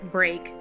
Break